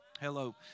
Hello